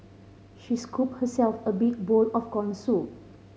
she scoop herself a big bowl of corn soup